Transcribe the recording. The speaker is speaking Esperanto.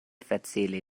facile